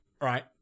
right